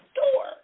door